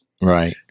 Right